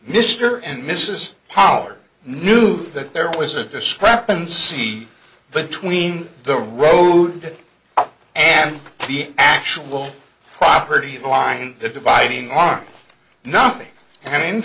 mr and mrs pollard knew that there was a discrepancy between the road and the actual property line the dividing line nothing and in